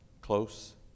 close